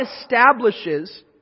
establishes